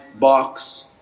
box